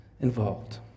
involved